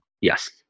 Yes